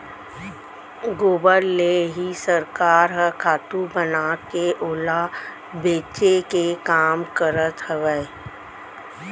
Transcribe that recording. गोबर ले ही सरकार ह खातू बनाके ओला बेचे के काम करत हवय